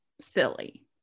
silly